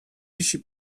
wisi